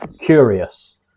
curious